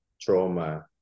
trauma